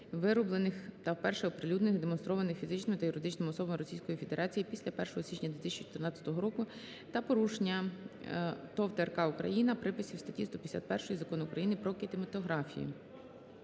вироблених та вперше оприлюднених (демонстрованих) фізичними та юридичними особами Російської Федерації після 1 січня 2014 року, та порушення ТОВ "ТРК "Україна" приписів статті 151 Закону України "Про кінематографію".